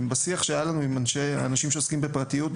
ובשיח שהיה לנו עם אנשים שעושים בפרטיות,